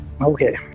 Okay